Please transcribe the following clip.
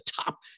top